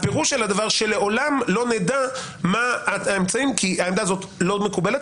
פירושה שלעולם לא נדע מה האמצעים כי עמדה זו לא מקובלת